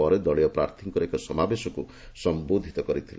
ପରେ ଦଳୀୟ ପ୍ରାର୍ଥୀଙ୍କର ଏକ ସମାବେଶକ୍ର ସମ୍ଘୋଧିତ କରିଥିଲେ